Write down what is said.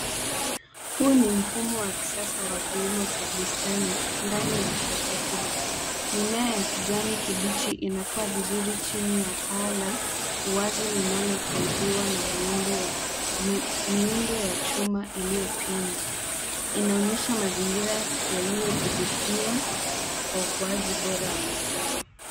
Huu ni mfumo wa kisasa wa kilimo cha bustani ndani ya chafu kubwa. Mimea ya kijani kibichi inakuwa vizuri chini ya paa la uwazi, linalosaidiwa na miundo ya chuma iliyopinda. Inaonyesha mazingira yaliyodhibitiwa kwa ukuaji bora wa mazao.